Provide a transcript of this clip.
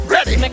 Ready